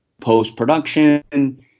post-production